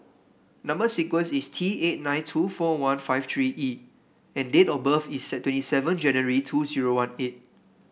number sequence is T eight nine two four one five three E and date of birth is twenty seven January two zero one eight